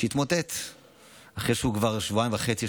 שהתמוטט אחרי שהוא כבר שבועיים וחצי,